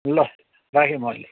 ल राखेँ म अहिले